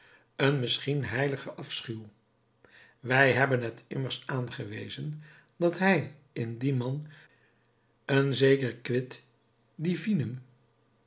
een misschien heiligen afschuw wij hebben het immers aangewezen dat hij in dien man een zeker quid divinum